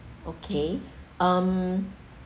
okay um